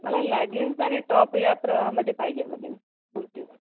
मला लॅगिन्स आणि टॉप या प्र मध्ये पाहिजे मध्ये कुर्ती